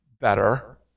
better